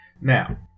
Now